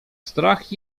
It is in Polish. strach